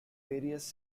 various